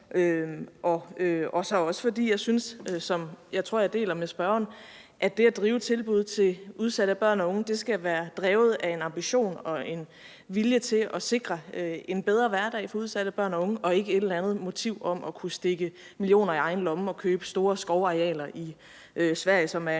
og også fordi jeg synes – en holdning, jeg tror jeg deler med spørgeren – at det at drive tilbud til udsatte børn og unge skal være drevet af en ambition og en vilje til at sikre en bedre hverdag for udsatte børn og unge og ikke af et eller andet motiv om at kunne stikke millioner i egen lomme og købe store skovarealer i Sverige, som der